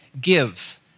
give